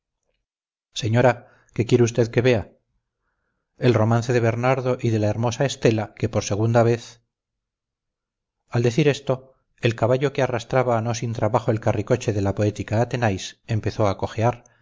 señora qué quiere usted que vea el romance de bernardo y de la hermosa estela que por segunda vez al decir esto el caballo que arrastraba no sin trabajo el carricoche de la poética athenais empezó a cojear